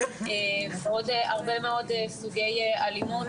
ועוד הרבה מאוד סוגים של אלימות.